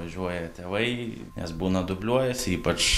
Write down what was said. važiuoja tėvai nes būna dubliuojasi ypač